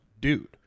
dude